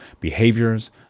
behaviors